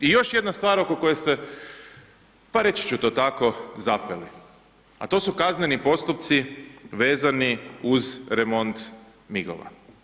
I još jedna stvar oko koje ste, pa reći ću to tako zapeli, a to su kazneni postupci vezani uz remont MIG-ova.